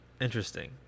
interesting